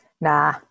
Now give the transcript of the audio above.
Nah